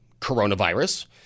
coronavirus